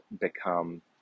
become